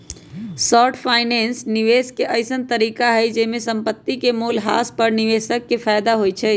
short finance निवेश के अइसँन तरीका हइ जाहिमे संपत्ति के मोल ह्रास पर निवेशक के फयदा होइ छइ